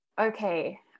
Okay